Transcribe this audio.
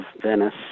Venice